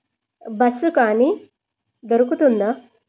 bus కానీ దొరుకుతుందా